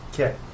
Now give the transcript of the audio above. Okay